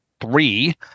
three